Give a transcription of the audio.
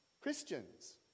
Christians